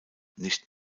nicht